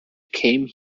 came